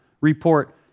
report